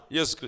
Yes